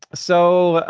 so,